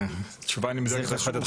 זה חשוב.